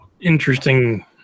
interesting